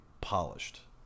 polished